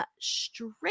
straight